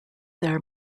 their